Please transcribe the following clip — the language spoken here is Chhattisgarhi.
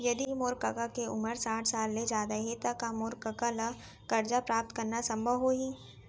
यदि मोर कका के उमर साठ साल ले जादा हे त का मोर कका ला कर्जा प्राप्त करना संभव होही